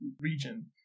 region